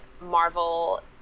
Marvel